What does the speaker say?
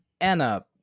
Anna